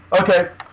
Okay